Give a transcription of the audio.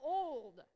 old